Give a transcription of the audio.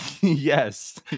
yes